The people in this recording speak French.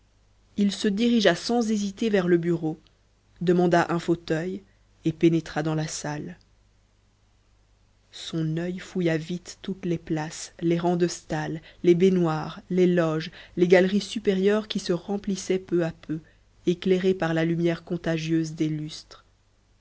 il se dirigea sans hésiter vers le bureau demanda un fauteuil et pénétra dans la salle son oeil fouilla vite toutes les places les rangs de stalles les baignoires les loges les galeries supérieures qui se remplissaient peu à peu éclairées par la lumière contagieuse